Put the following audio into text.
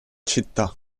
città